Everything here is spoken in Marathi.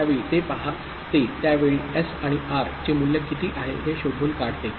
त्यावेळी ते पाहते त्या वेळी एस आणि आर चे मूल्य किती आहे हे शोधून काढते